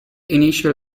initial